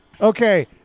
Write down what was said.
Okay